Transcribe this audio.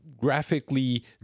graphically